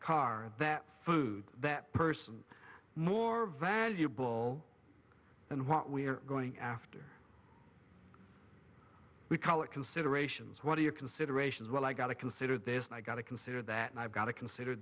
car that food that person more valuable than what we're going after we call it considerations what are your considerations well i gotta consider this i got to consider that and i've got to consider